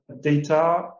data